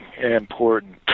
important